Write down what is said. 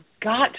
got